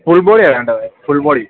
ഫുൾബോളിയാ വണ്ടതത് ഫുൾബോി